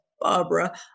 Barbara